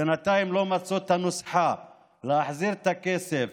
בינתיים לא מצאו את הנוסחה להחזיר את הכסף